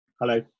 Hello